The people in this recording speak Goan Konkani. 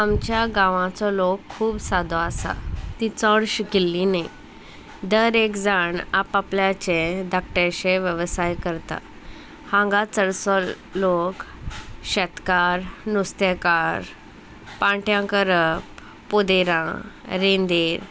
आमच्या गांवाचो लोक खूब सादो आसा ती चोड शिकिल्ली न्ही दर एक जाण आपआपल्याचे धाकट्याशे वेवसाय करता हांगा चडसो लोक शेतकार नुस्तेकार पांट्यां करप पोदेरां रेंदेर